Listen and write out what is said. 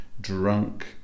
drunk